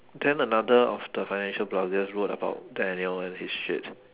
then another of the financial bloggers wrote about daniel and his shit